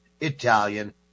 Italian